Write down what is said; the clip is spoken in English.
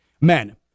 Men